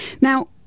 Now